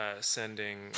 sending